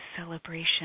celebration